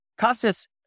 Costas